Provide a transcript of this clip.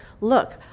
Look